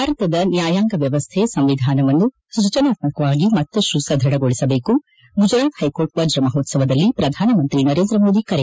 ಭಾರತದ ನ್ಯಾಯಾಂಗ ವ್ಯವಸ್ಥೆ ಸಂವಿಧಾನವನ್ನು ಸೃಜನಾತ್ಮಕವಾಗಿ ಮತ್ತಪ್ಪು ಸದೃಢಗೊಳಿಸಬೇಕು ಗುಜರಾತ್ ಹೈಕೋರ್ಟ್ ವಜ್ರ ಮಹೋತ್ಸವದಲ್ಲಿ ಪ್ರಧಾನಮಂತ್ರಿ ನರೇಂದ್ರಮೋದಿ ಕರೆ